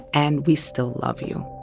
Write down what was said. and we still love you